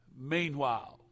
Meanwhile